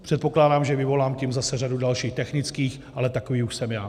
Předpokládám, že vyvolám tím zase řadu dalších technických, ale takový už jsem já.